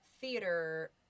theater